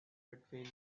between